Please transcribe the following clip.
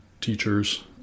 teachers